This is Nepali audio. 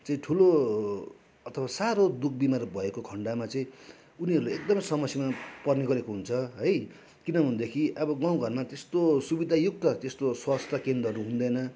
चाहिँ ठुलो अथवा साह्रो दुःखबिमार भएको खन्डमा चाहिँ उनीहरूले एकदमै समस्यामा पर्नेगरेको हुन्छ है किनभनेदेखि अब गाउँघरमा त्यस्तो सुविधायुक्त त्यस्तो स्वास्थ्यकेन्द्रहरू हुँदैन